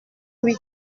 huit